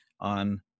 on